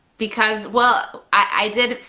because well, i did,